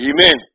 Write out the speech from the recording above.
Amen